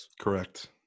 correct